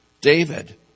David